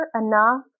enough